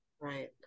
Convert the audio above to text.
Right